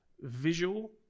visual